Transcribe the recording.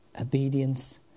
obedience